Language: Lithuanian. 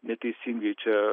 neteisingai čia